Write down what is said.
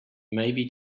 maybe